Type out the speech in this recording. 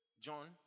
John